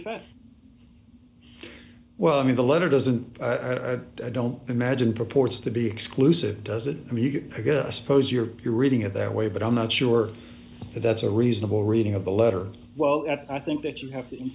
fact well i mean the letter doesn't i don't imagine purports to be exclusive does it really get bigger i suppose you're you're reading it that way but i'm not sure that that's a reasonable reading of the letter well i think that you have to